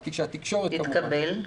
התקבל.